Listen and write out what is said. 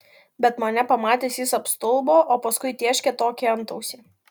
bet mane pamatęs jis apstulbo o paskui tėškė tokį antausį